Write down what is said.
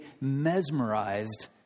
mesmerized